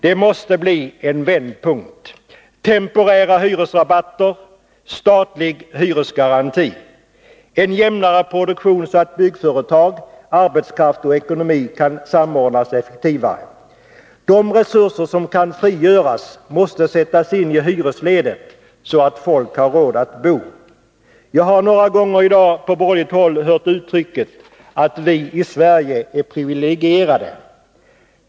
Det måste bli en vändpunkt: temporära hyresrabatter, statlig hyresgaranti, en jämnare produktion så att byggföretag, arbetskraft och ekonomi kan samordnas effektivare. De resurser som kan frigöras måste sättas in i hyresledet så att folk har råd att bo. Jag har några gånger i dag från borgerligt håll hört uttrycket att vi i Sverige är privilegierade.